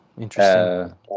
interesting